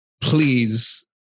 please